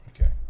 Okay